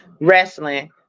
wrestling